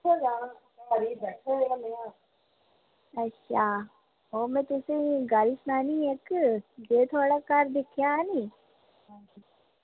अच्छा ओह् में तुसेंगी गल्ल सनान्नी आं इक्क एह् थुआढ़ा घर दिक्खेआ नी